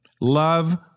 Love